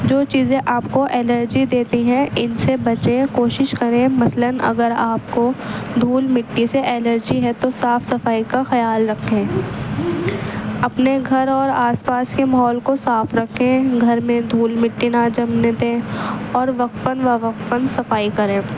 جو چیزیں آپ کو الرجی دیتی ہیں ان سے بچیں کوشش کریں مثلاً اگر آپ کو دھول مٹی سے الرجی ہے تو صاف صفائی کا خیال رکھیں اپنے گھر اور آس پاس کے ماحول کو صاف رکھیں گھر میں دھول مٹی نہ جمنے دیں اور وقفاً و وقفاً صفائی کریں